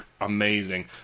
amazing